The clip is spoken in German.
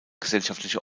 gesellschaftliche